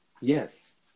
Yes